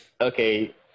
Okay